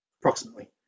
approximately